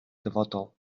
dyfodol